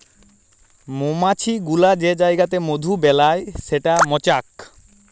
মমাছি গুলা যে জাইগাতে মধু বেলায় সেট মচাক